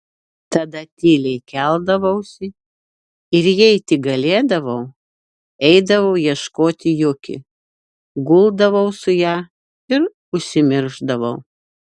tada tyliai keldavausi ir jei tik galėdavau eidavau ieškoti juki guldavau su ja ir užsimiršdavau